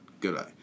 goodbye